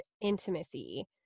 intimacy